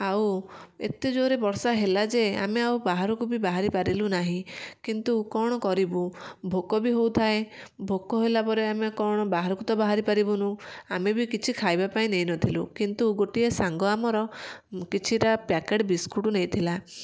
ଆଉ ଏତେ ଜୋରରେ ବର୍ଷା ହେଲା ଯେ ଆମେ ଆଉ ବାହାରକୁ ବି ବାହାରିପାରିଲୁ ନାହିଁ କିନ୍ତୁ କ'ଣ କରିବୁ ଭୋକ ବି ହେଉଥାଏ ଭୋକ ହେଲାପରେ ଆମେ କ'ଣ ବାହାରକୁ ତ ବାହାରି ପାରିବୁନୁ ଆମେ ବି କିଛି ଖାଇବା ପାଇଁ ନେଇ ନଥିଲୁ କିନ୍ତୁ ଗୋଟିଏ ସାଙ୍ଗ ଆମର କିଛିଟା ପ୍ୟାକେଟ୍ ବିସ୍କୁଟ୍ ନେଇଥିଲା